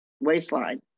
waistline